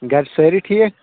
گرِ سأری ٹھیٖک